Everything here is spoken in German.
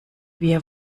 wir